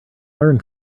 learn